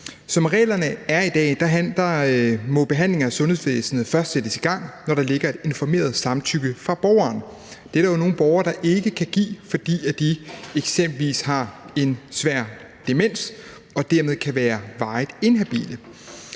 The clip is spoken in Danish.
Som reglerne er i dag, må behandlinger i sundhedsvæsenet først sættes i gang, når der ligger et informeret samtykke fra borgeren. Det er der jo nogle borgere, der ikke kan give, fordi de eksempelvis har en svær demens og dermed kan være varigt inhabile.